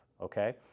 okay